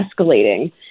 escalating